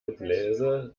gebläse